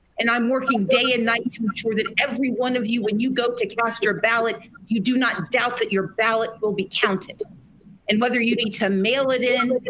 and i'm working day and night to ensure that every one of you when you go to cast your ballot, you do not doubt that your ballot will be counted and whether you need to mail it in,